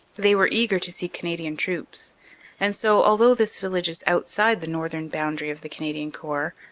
they were eager to see canadian troops and so, although this village is outside the northern boundary of the canadian corps,